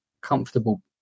comfortable